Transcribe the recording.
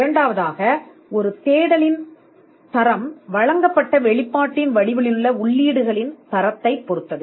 இரண்டாவதாக ஒரு தேடலின் தரம் வழங்கப்பட்ட வெளிப்பாட்டின் வடிவத்தில் உள்ளீட்டின் தரத்தைப் பொறுத்தது